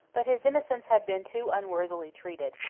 but his innocence had been too unworthily treated,